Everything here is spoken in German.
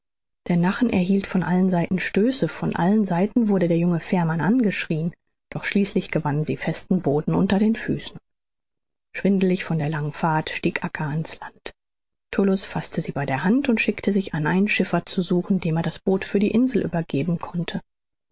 der nachen erhielt von allen seiten stöße von allen seiten wurde der junge fährmann angeschrieen doch schließlich gewannen sie festen boden unter den füßen schwindlig von der langen fahrt stieg acca ans land tullus faßte sie bei der hand und schickte sich an einen schiffer zu suchen dem er das boot für die insel übergeben konnte